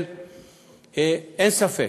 אין ספק